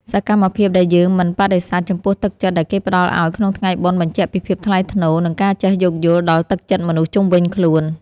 សកម្មភាពដែលយើងមិនបដិសេធចំពោះទឹកចិត្តដែលគេផ្តល់ឱ្យក្នុងថ្ងៃបុណ្យបញ្ជាក់ពីភាពថ្លៃថ្នូរ និងការចេះយោគយល់ដល់ទឹកចិត្តមនុស្សជុំវិញខ្លួន។